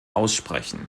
aussprechen